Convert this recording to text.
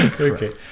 Okay